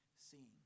seeing